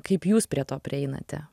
kaip jūs prie to prieinate